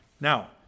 Now